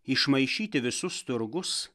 išmaišyti visus turgus